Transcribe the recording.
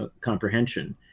comprehension